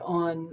on